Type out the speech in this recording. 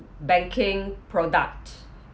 banking product